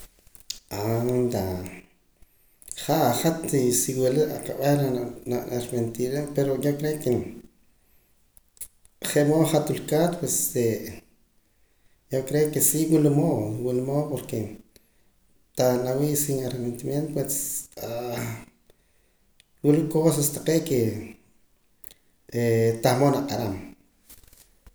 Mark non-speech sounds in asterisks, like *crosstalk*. *hesitation* jaa' hat si wula aqa'b'eh reh na b'anam arrepentir awiib' pero yo creek je' mood hat wilkaat yo creek que sí wila mood wila mood porque tah na wii' sin arrepentimiento *hesitation* wila cosas taqee' que tah mood naq'araam.